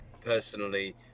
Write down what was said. personally